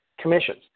commissions